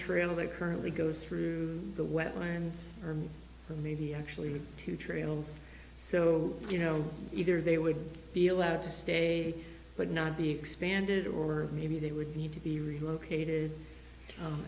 trailer that currently goes through the wetlands from the media actually two trails so you know either they would be allowed to stay but not be expanded or maybe they would need to be relocated